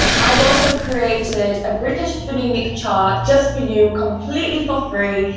i've also created a british phonemic chart just for you, completely for free,